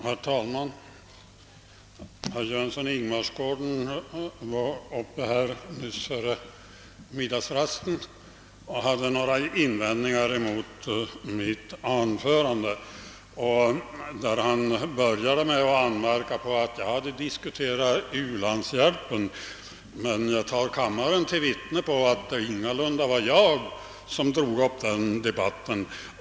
Herr talman! Herr Jönsson i Ingemarsgården gjorde före middagsrasten här ifrån talarstolen några invändningar mot mitt anförande. Han började med att anmärka på att jag tagit upp u-landshjälpen. Men jag tar kammaren till vittne på att det ingalunda var jag som drog upp en debatt om det ämnet.